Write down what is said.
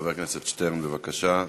חבר הכנסת שטרן, בבקשה.